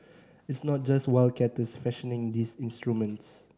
it's not just wildcatters fashioning these instruments